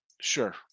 Sure